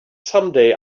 someday